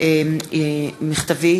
מכתבי